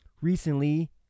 recently